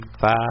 five